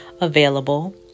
Available